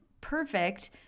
perfect